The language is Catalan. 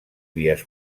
vies